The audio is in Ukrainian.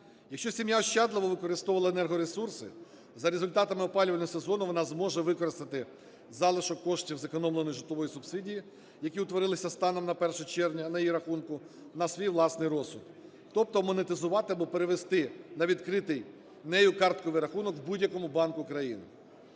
Якщо сім'я ощадливо використовувала енергоресурси, за результатами опалювального сезону вона зможе використати залишок коштів зекономленої житлової субсидії, які утворилися станом на 1 червня на її рахунку, на свій власний розсуд, тобто монетизувати або перевести на відкритий нею картковий рахунок у будь-якому банку країни.